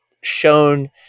shown